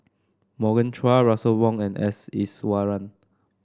Morgan Chua Russel Wong and S Iswaran